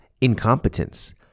incompetence